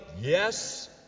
yes